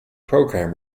program